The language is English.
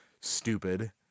stupid